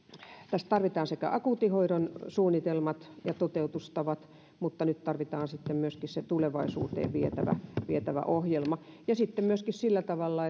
tässä tarvitaan akuuttihoidon suunnitelmat ja toteutustavat mutta nyt tarvitaan sitten myöskin se tulevaisuuteen vietävä vietävä ohjelma ja myöskin sillä tavalla